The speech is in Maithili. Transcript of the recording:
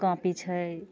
कॉपी छै